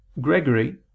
Gregory